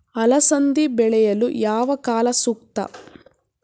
ಅಲಸಂದಿ ಬೆಳೆಯಲು ಯಾವ ಕಾಲ ಸೂಕ್ತ?